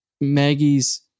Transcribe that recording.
Maggie's